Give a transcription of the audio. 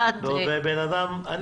אני יודעת.